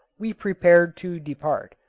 we prepared to depart.